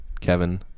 Kevin